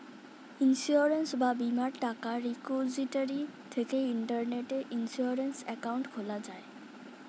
insurance বা বীমার টাকা রিপোজিটরি থেকে ইন্টারনেটে ইন্সুরেন্স অ্যাকাউন্ট খোলা যায়